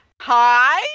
hi